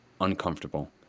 uncomfortable